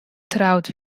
troud